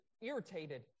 irritated